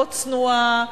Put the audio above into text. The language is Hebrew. מאוד צנועה.